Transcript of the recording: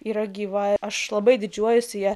yra gyva aš labai didžiuojuosi ja